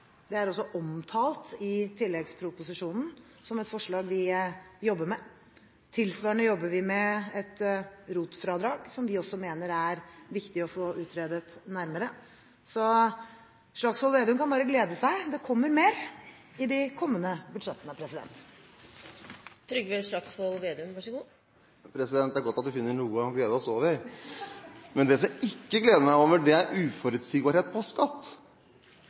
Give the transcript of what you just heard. Det er også omtalt i tilleggsproposisjonen som et forslag vi jobber med. Tilsvarende jobber vi med et ROT-fradrag, som vi mener også er viktig å få utredet nærmere. Så Slagsvold Vedum kan bare glede seg – det kommer mer i de kommende budsjettene. Det er godt at vi finner noe å glede oss over, men det som jeg ikke gleder meg over, er uforutsigbarhet på skatt.